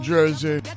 Jersey